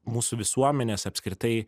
mūsų visuomenės apskritai